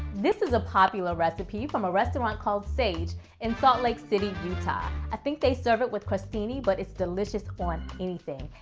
this is a popular recipe from a restaurant called sage in salt lake city, utah. i think they serve it with crostini, but it's delicious on anything.